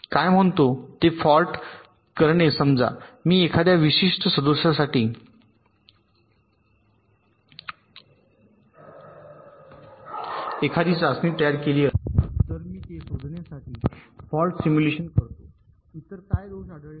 काय म्हणतो ते फॉल्ट करणे समजा मी एखाद्या विशिष्ट सदोषासाठी एखादी चाचणी तयार केली असेल तर मी ते शोधण्यासाठी फॉल्ट सिम्युलेशन करतो इतर काय दोष आढळले आहेत